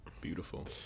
beautiful